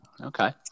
Okay